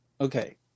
okay